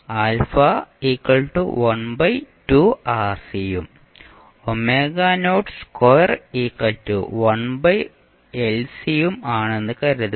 α12RC ഉം ഉം ആണെന്ന് കരുതുക